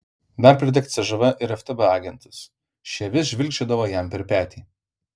dar pridėk cžv ir ftb agentus šie vis žvilgčiodavo jam per petį